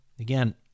Again